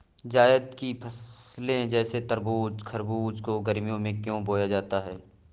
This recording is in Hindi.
जायद की फसले जैसे तरबूज़ खरबूज को गर्मियों में क्यो बोया जाता है?